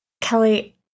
Kelly